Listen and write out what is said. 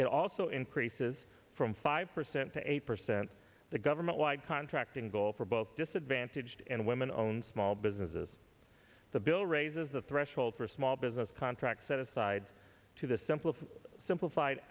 it also increases from five percent to eight percent the government wide contracting goal for both disadvantaged and women owned small businesses the bill raises the threshold for small business contracts set aside to the simplest simplified